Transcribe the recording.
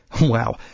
Wow